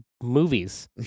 movies